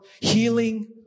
healing